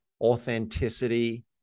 authenticity